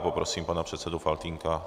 Poprosím pana předsedu Faltýnka.